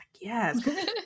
yes